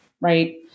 right